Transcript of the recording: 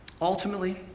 Ultimately